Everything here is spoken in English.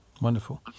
wonderful